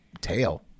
tail